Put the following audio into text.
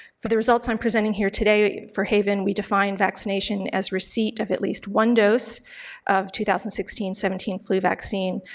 for the results i'm presenting here today for haven we define vaccination as receipt of at least one dose of two thousand and sixteen seventeen flu vaccine,